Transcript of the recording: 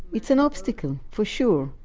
it's an obstacle, for sure.